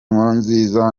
nkurunziza